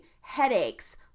headaches